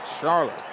Charlotte